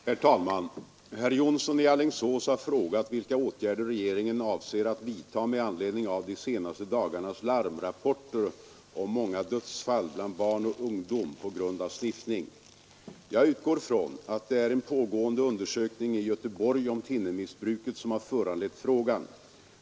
Herr talman! Herr Jonsson i Alingsås har frågat vilka åtgärder regeringen avser att vidta med anledning av de senaste dagarnas larmrapporter om många dödsfall bland barn och ungdom på grund av sniffning. Jag utgår från att det är en pågående undersökning i Göteborg om thinnermissbruket som har föranlett frågan.